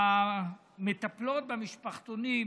שהמטפלות במשפחתונים